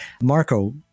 Marco